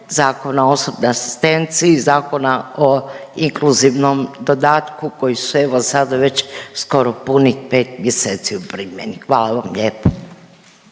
Zakona o osobnoj asistenciji, Zakona o inkluzivnom dodatku koji su, evo sada već skoro punih 5 mjeseci u primjeni? Hvala vam lijepo.